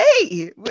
hey